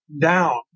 down